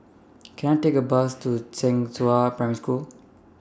Can I Take A Bus to Zhenghua Primary School